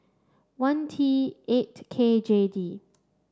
one T eight K J D